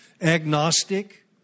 agnostic